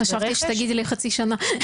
חשבתי שתגידי לי חצי שנה.